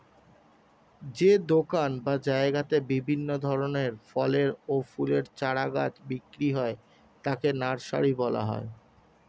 যে দোকান বা জায়গাতে বিভিন্ন ধরনের ফলের ও ফুলের চারা গাছ বিক্রি হয় তাকে নার্সারি বলা হয়